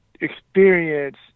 experience